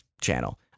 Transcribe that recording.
channel